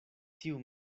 tiu